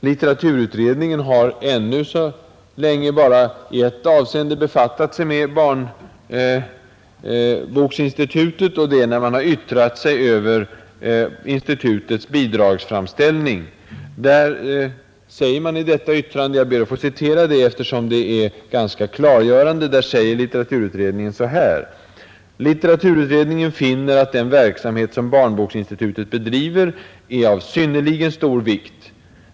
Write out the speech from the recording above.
Litteraturutredningen har hittills bara i ett avseende befattat sig med Barnboksinstitutet och det är när utredningen har yttrat sig över institutets bidragsframställning. Litteraturutredningen säger i sitt yttrande något som jag finner ganska klargörande: ”Litteraturutredningen finner att den verksamhet som Barnboksinstitutet bedriver är av synnerligen stor vikt.